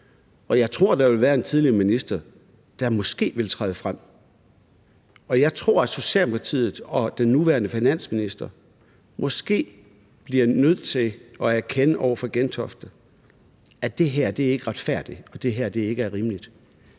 jeg tror, der vil være en tidligere minister, der måske vil træde frem, og jeg tror, at Socialdemokratiet og den nuværende finansminister måske bliver nødt til at erkende over for Gentofte, at det her ikke er retfærdigt og rimeligt.